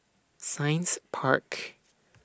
Science Park